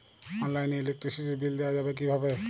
অনলাইনে ইলেকট্রিসিটির বিল দেওয়া যাবে কিভাবে?